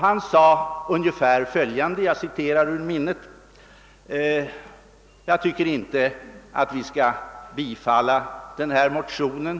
Han sade ungefär följande — jag citerar ur minnet: »Jag tycker inte att vi skall bifalla den här motionen.